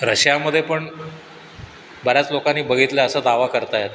रशियामध्ये पण बऱ्याच लोकांनी बघितलं आहे असा दावा करत आहेत